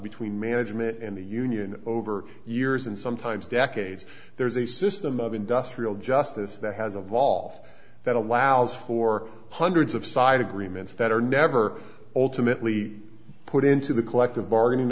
between management and the union over years and sometimes decades there is a system of industrial justice that has evolved that allows for hundreds of side agreements that are never ultimately put into the collective bargaining